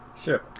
Sure